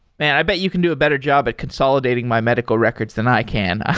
man, i bet you can do a better job at consolidating my medical records than i can.